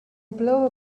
blow